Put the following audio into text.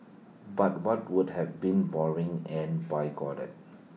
but what would have been boring and bigoted